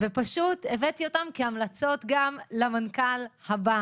ופשוט הבאתי אותם כהמלצות גם למנכ"ל הבא.